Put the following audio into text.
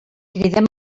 cridem